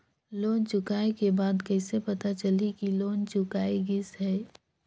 Loan चुकाय के बाद कइसे पता चलही कि लोन चुकाय गिस है?